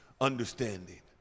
understanding